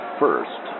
first